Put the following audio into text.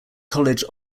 college